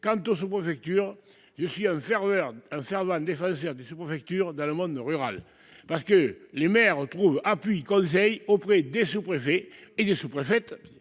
quant au sous-préfecture. Je suis un serveur un fervent défenseur des sous-, préfectures, dans le monde rural parce que les maires retrouvent appui conseil auprès des sous-préfets et des sous-préfète.